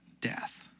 death